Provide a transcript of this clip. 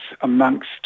amongst